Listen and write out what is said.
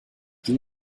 ging